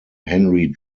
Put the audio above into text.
henry